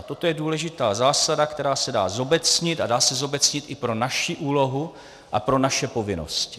Toto je důležitá zásada, která se dá zobecnit a dá se zobecnit i pro naši úlohu a pro naše povinnosti.